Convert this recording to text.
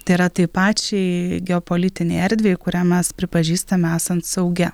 tai yra tai pačiai geopolitinei erdvei kurią mes pripažįstam esant saugia